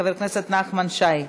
חבר הכנסת נחמן שי,